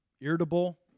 Irritable